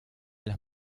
las